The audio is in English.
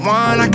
one